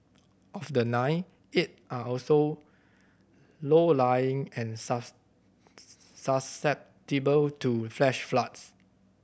of the nine eight are also low lying and susceptible to flash floods